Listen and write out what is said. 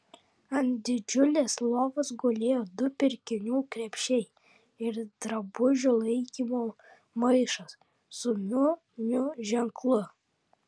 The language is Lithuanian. ant didžiulės lovos gulėjo du pirkinių krepšiai ir drabužių laikymo maišas su miu miu ženklu